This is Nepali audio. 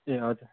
ए हजुर